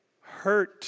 hurt